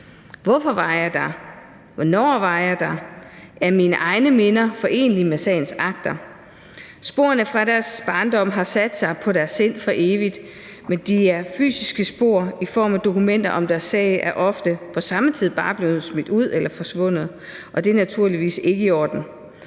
Hvorfor var jeg der? Hvornår var jeg der? Er mine egne minder forenelige med sagens akter? Sporene fra deres barndom har sat sig på deres sind for evigt, men de fysiske spor i form af dokumenter om deres sag er ofte på samme tid bare blevet smidt ud eller er forsvundet, og det er naturligvis ikke i orden.